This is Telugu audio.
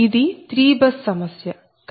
ఇది 3 బస్ సమస్య కాబట్టి n 3